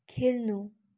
खेल्नु